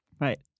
Right